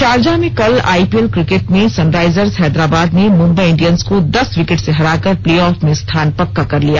Sharjah में कल IPL cricket में सनराइजर्स हैदराबाद ने मुम्बई इंडियंस को दस विकेट से हरा कर प्लेऑफ में स्थान पक्का कर लिया